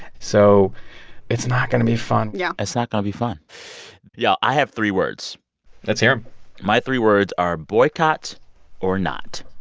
so it's not going to be fun yeah it's not going to be fun y'all, i have three words let's hear them my three words are boycott or not.